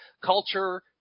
culture